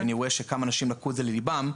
שאני רואה שכמה אנשים לקחו את זה לליבם.